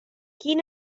quin